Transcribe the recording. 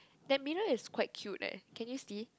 that mirror is quite cute leh can you see